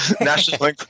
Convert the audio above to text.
National